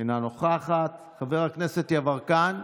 אינה נוכחת, חבר הכנסת יברקן,